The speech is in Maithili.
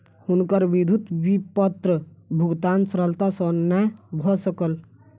हुनकर विद्युत विपत्र भुगतान सरलता सॅ नै भ सकल